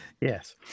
yes